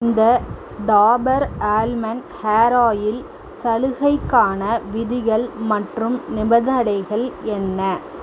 இந்த Dabur almond hair oil சலுகைக்கான விதிகள் மற்றும் நிபந்தனைகள் என்ன